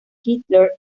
hitler